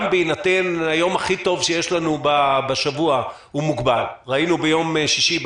גם בהינתן ביום הכי טוב שיש לנו בשבוע הוא מוגבל ראינו ביום שישי,